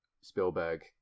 Spielberg